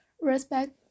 Respect